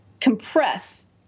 compress